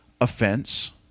offense